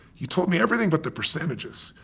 you told me everything but the percentages.